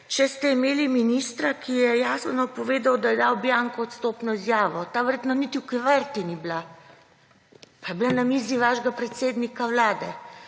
če ste imeli ministra, ki je jasno povedal, da je dal bianco odstopno izjavo. Ta verjetno niti v kuverti ni bila. Pa je bila na mizi vašega predsednika Vlade.